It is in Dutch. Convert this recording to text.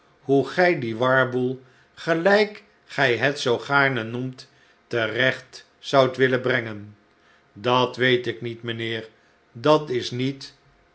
hoe gij dien warboel gelijk gij het zoo gaarne noemt terecht zoudt willen brengen dat weet ik niet mijnheer dat is niet